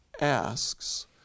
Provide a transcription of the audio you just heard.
asks